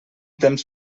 temps